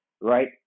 right